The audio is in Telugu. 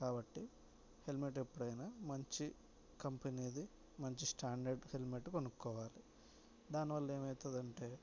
కాబట్టి హెల్మెట్ ఎప్పుడైనా మంచి కంపెనీది మంచి స్టాండర్డ్ హెల్మెట్ కొనుక్కోవాలి దానివల్ల ఏమవుతదంటే